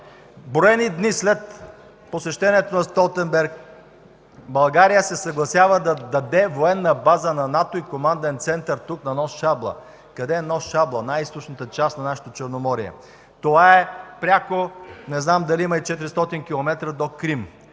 Броени дни след посещението на Столтенберг България се съгласява да даде военна база на НАТО и команден център тук, на нос Шабла. Къде е нос Шабла? Най-източната част на нашето Черноморие. Това е пряко, не знам дали има и 400 км до Крим.